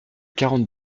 quarante